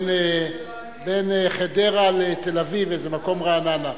בין חדרה לתל-אביב, איזה מקום, רעננה.